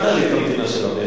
אל תעליב את המדינה שלנו.